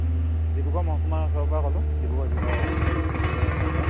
ডিব্ৰুগড় মহকুমাৰ ওচৰৰপৰা কলোঁ ডিব্ৰুগড় জিলাৰ সদৰ ওচৰৰপৰা